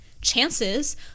chances